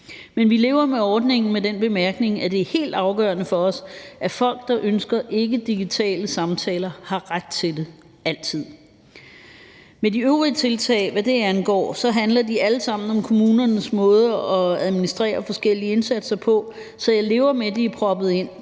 Men vi lever med ordningen med den bemærkning, at det er helt afgørende for os, at folk, der ønsker ikkedigitale samtaler, har ret til dem altid. Hvad angår de øvrige tiltag, handler de alle sammen om kommunernes måde at administrere forskellige indsatser på, så jeg lever med, at de er proppet ind,